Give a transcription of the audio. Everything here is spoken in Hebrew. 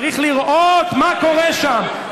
צריך לראות מה קורה שם,